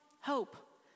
Hope